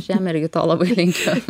aš jam irgi to labai linkiu